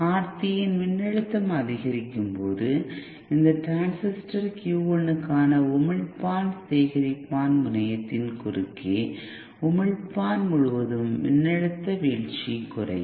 R3 இன் மின்னழுத்தம் அதிகரிக்கும்போதுஇந்த டிரான்சிஸ்டர் Q 1 க்கான உமிழ்ப்பான் சேகரிப்பான் முனையத்தின் குறுக்கே உமிழ்ப்பான் முழுவதும் மின்னழுத்த வீழ்ச்சி குறையும்